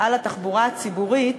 על התחבורה הציבורית